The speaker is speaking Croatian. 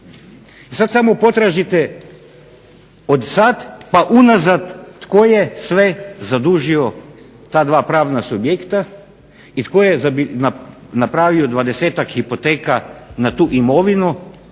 Sada samo potražite od sada pa unazad tko je sve zadužio ta dva pravna subjekta i tko je napravio dvadesetak hipoteka na tu imovinu